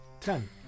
Ten